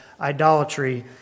idolatry